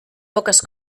poques